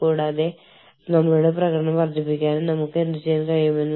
നൂതന എച്ച്ആർ പോളിസികളുടെ വികസനത്തിലും നടപ്പാക്കലിലും ഉചിതമായ റിസ്ക് എടുക്കാൻ തയ്യാറാണ്